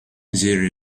there